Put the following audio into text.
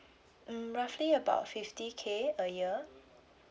mm roughly about fifty K a year